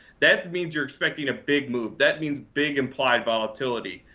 that means you're expecting a big move. that means big implied volatility.